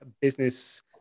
business